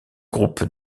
groupes